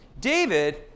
David